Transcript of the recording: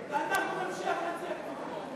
ברוצחים, ואנחנו נמשיך להנציח את זכרו.